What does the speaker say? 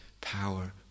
power